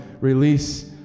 release